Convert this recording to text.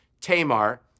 Tamar